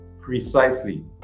Precisely